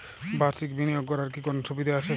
বাষির্ক বিনিয়োগ করার কি কোনো সুবিধা আছে?